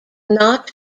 not